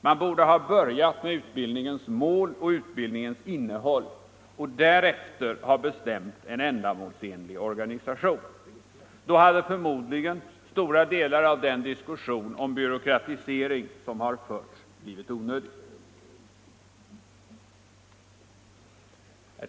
Man borde ha börjat med utbildningens mål och innehåll och därefter bestämt sig för en ändamålsenlig organisation. Då hade förmodligen stora delar av den diskussion om byråkratisering som har förts blivit onödig.